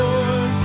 Lord